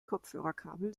kopfhörerkabel